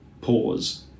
pause